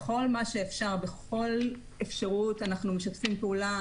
בכל אפשרות אנחנו משתפים פעולה,